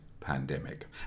pandemic